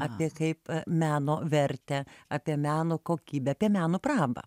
apie kaip meno vertę apie meno kokybę apie meno prabą